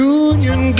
union